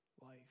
life